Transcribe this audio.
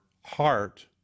heart